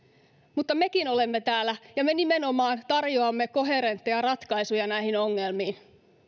mutta mekin olemme täällä ja me nimenomaan tarjoamme koherentteja ratkaisuja näihin ongelmiin